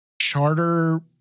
charter